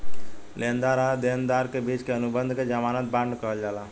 लेनदार आ देनदार के बिच के अनुबंध के ज़मानत बांड कहल जाला